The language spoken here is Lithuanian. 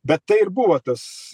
bet tai ir buvo tas